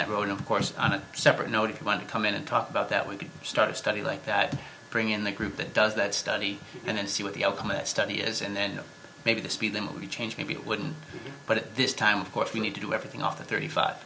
that road of course on a separate note if you want to come in and talk about that when people start study like that bring in the group that does that study and see what the ultimate study is and then maybe the speed limit be changed maybe it wouldn't but at this time of course we need to do everything off the thirty five